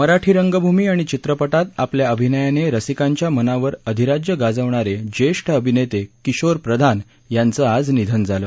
मराठी रंगभूमी आणि चित्रपटात आपल्या अभिनयाने रसिकांच्या मनावर अधिराज्य गाजवणारे ज्येष्ठ अभिनेते किशोर प्रधान यांचं आज निधन झालं